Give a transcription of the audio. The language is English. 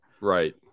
Right